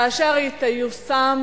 כאשר היא תיושם,